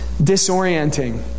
disorienting